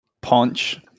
Punch